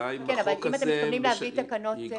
אבל אם אתם מתכוונים להביא תקנות חדשות